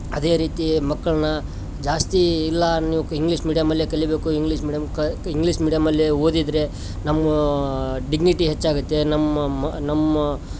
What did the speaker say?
ಅದೇ ರೀತಿ ಮಕ್ಕಳನ್ನ ಜಾಸ್ತಿ ಇಲ್ಲ ನೀವು ಇಂಗ್ಲಿಷ್ ಮಿಡಿಯಮ್ಲ್ಲೇ ಕಲಿಯಬೇಕು ಇಂಗ್ಲಿಷ್ ಮೀಡಿಯಮ್ ಕ ಇಂಗ್ಲಿಷ್ ಮೀಡಿಯಮ್ಲಿ ಓದಿದರೆ ನಮ್ಮ ಡಿಗ್ನಿಟಿ ಹೆಚ್ಚಾಗತ್ತೆ ನಮ್ಮ ಮ ನಮ್ಮ